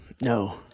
no